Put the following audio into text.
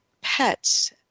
pets